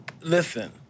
listen